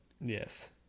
Yes